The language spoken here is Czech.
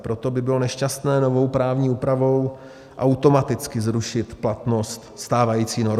Proto by bylo nešťastné novou právní úpravou automaticky zrušit platnost stávající normy.